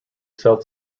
self